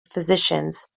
physicians